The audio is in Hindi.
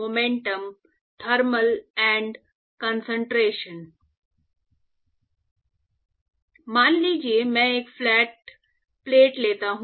मान लीजिए मैं एक फ्लैट प्लेट लेता हूँ